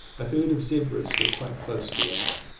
a herd of zebras were quite close to us.